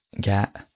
get